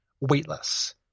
weightless